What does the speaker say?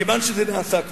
כיוון שזה נעשה,